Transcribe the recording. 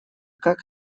как